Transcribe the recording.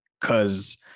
Cause